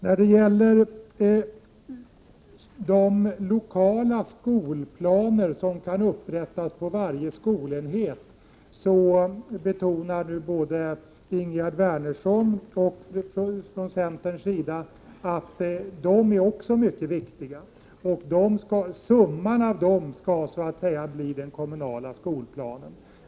När det gäller de lokala skolplaner som kan upprättas på varje skolenhet betonar nu både Ingegerd Wärnersson och centern att dessa planer är mycket viktiga. Summan av planerna skall så att säga bli den kommunala skolplanen.